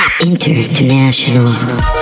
International